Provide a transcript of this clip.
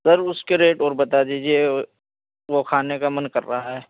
سر اس کے ریٹ اور بتا دیجیے وہ کھانے کا من کر رہا ہے